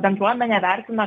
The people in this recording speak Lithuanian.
bendruomenė vertina